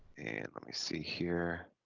and let me see here